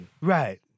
Right